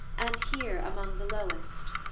and here among the lowest